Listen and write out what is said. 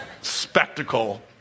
Spectacle